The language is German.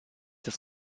das